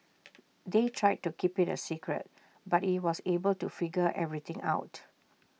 they tried to keep IT A secret but he was able to figure everything out